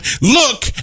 Look